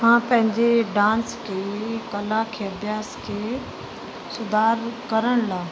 तव्हां पंहिंजे डांस खे कला खे अभ्यास खे सुधार करण लाइ